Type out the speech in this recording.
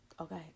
Okay